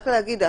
רק להגיד,